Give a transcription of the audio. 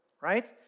right